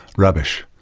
rubbish.